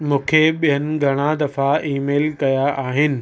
मूंखे ॿियनि घणा दफ़ा ईमेल कया आहिनि